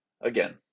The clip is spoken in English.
Again